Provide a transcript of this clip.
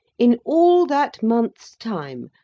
in all that month's time,